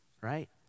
right